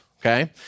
okay